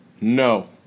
no